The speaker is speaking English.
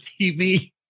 TV